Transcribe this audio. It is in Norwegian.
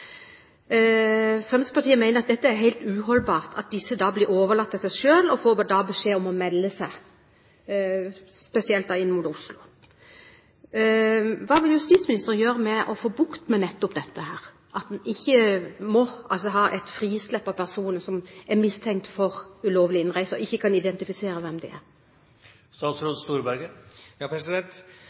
Fremskrittspartiet mener at det er helt uholdbart at disse blir overlatt til seg selv og får beskjed om å melde seg – spesielt inn mot Oslo. Hva vil justisministeren gjøre for å få bukt med nettopp dette – at man ikke har et frislipp av personer som er mistenkt for ulovlig innreise, og som ikke kan identifisere seg? Nå legger jeg for øvrig merke til at representanten Michaelsen ikke velger å kommentere det